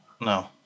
No